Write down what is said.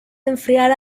enfriar